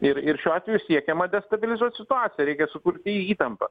ir ir šiuo atveju siekiama destabilizuot situaciją reikia sukurti įtampą